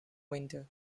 winter